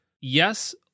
yes